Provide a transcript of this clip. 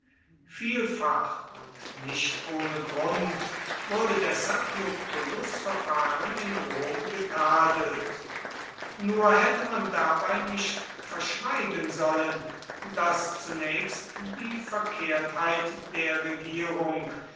vielfach und nicht ohne grund wurde deshalb lucullus verfahren in rom getadelt nur hätte man dabei nicht verschweigen sollen daß zunächst die verkehrtheit der regierung